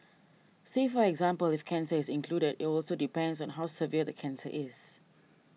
say for example if cancer is included it also depends on how severe the cancer is